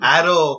Arrow